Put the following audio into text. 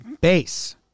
base